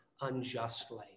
unjustly